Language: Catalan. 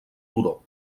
turó